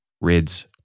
rids